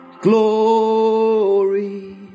Glory